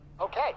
Okay